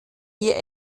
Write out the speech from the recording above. wir